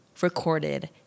recorded